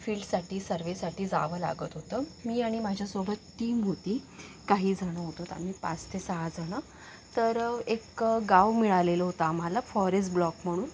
फील्डसाठी सर्वेसाठी जावं लागत होतं मी आणि माझ्यासोबत टीम होती काहीजणं होतो आम्ही पाच ते सहाजणं तर एक गाव मिळालेलं होतं आम्हाला फॉरेस ब्लॉक म्हणून